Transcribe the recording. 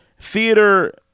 theater